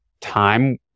time